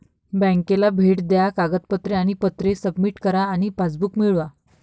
बँकेला भेट द्या कागदपत्रे आणि पत्रे सबमिट करा आणि पासबुक मिळवा